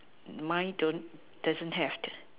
mine don't doesn't have